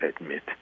admit